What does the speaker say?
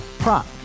Prop